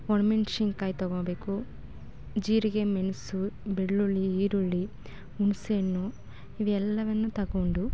ಒಣ ಮೆಣ್ಶಿನ್ಕಾಯಿ ತಗೊಬೇಕು ಜೀರಿಗೆ ಮೆಣಸು ಬೆಳ್ಳುಳ್ಳಿ ಈರುಳ್ಳಿ ಹುಣ್ಸೇಹಣ್ಣು ಇವೆಲ್ಲವನ್ನೂ ತಗೊಂಡು